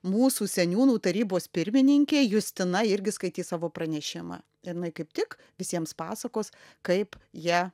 mūsų seniūnų tarybos pirmininkė justina irgi skaitys savo pranešimą jinai kaip tik visiems pasakos kaip jie